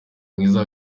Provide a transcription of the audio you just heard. mwiza